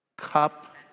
cup